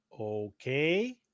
Okay